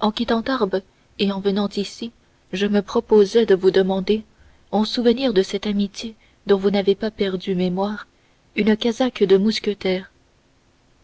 en quittant tarbes et en venant ici je me proposais de vous demander en souvenir de cette amitié dont vous n'avez pas perdu mémoire une casaque de mousquetaire